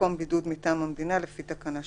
במקום בידוד מטעם המדינה לפי תקנה 3,